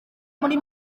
muri